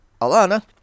Alana